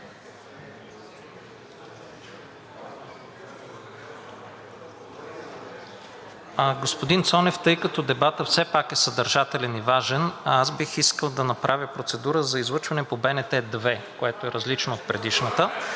Господин Цонев, тъй като дебатът все пак е съдържателен и важен, аз бих искал да направя процедура за излъчване по БНТ 2, което е различно от предишната,